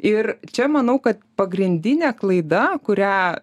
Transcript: ir čia manau kad pagrindinė klaida kurią